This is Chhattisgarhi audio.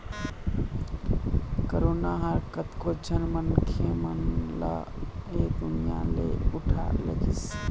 करोना ह कतको झन मनखे मन ल ऐ दुनिया ले उठा लेगिस